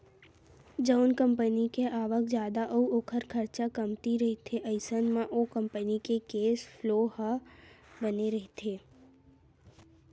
जउन कंपनी के आवक जादा अउ ओखर खरचा कमती रहिथे अइसन म ओ कंपनी के केस फ्लो ह बने रहिथे